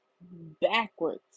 backwards